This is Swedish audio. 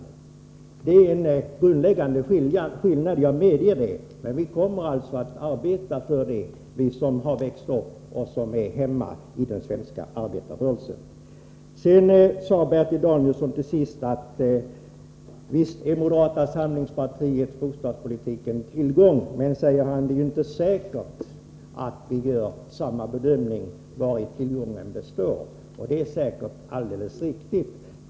Det innebär en grundläggande skillnad gentemot moderata samlingspartiets politik — jag medger det — men vi kommer att arbeta för detta, vi som har växt upp i och känner oss hemma i den svenska arbetarrörelsen. Bertil Danielsson sade till sist att visst är moderata samlingspartiets bostadspolitik en tillgång. Men, sade han, det är inte säkert att vi gör samma bedömningar av vari tillgången består. Det är förvisso alldeles riktigt.